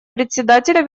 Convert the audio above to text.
председателя